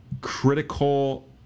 critical